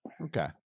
okay